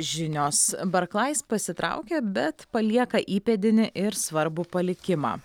žinios barklais pasitraukė bet palieka įpėdinį ir svarbų palikimą